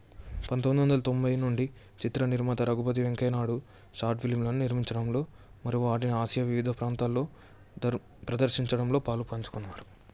పంతొమ్మిది వందల తొంభై నుండి చిత్ర నిర్మాత రఘుపతి వెంకయ్య నాయుడు షార్ట్ ఫిలింలను నిర్మించడంలో మరియు వాటిని ఆసియా వివిధ ప్రాంతాల్లో ప్రదర్శించడంలో పాలుపంచుకున్నారు